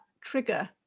trigger